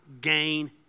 gain